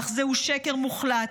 אך זהו שקר מוחלט.